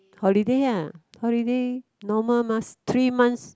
holiday uh holiday normal mah three months